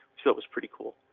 so it was pretty cool.